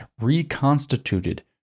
reconstituted